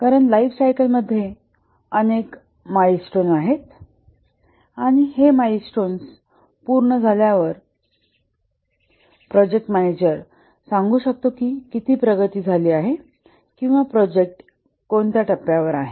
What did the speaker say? कारण लाइफसायकलमध्ये अनेक माईलस्टोन्स आहेत आणि हे माईलस्टोन्स पूर्ण झाल्यावर प्रोजेक्ट मॅनेजर सांगू शकतो की किती प्रगती झाली आहे किंवा कोणत्या टप्प्यावर प्रोजेक्ट आहे